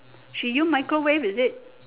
she use microwave is it